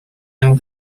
and